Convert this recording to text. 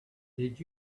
did